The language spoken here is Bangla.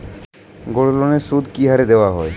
গোল্ডলোনের সুদ কি হারে দেওয়া হয়?